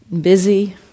busy